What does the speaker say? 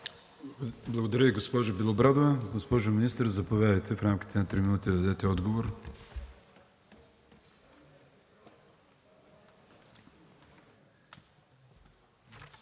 Благодаря Ви, госпожо Белобрадова. Госпожо Министър, заповядайте в рамките на три минути да дадете отговор.